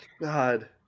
God